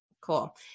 cool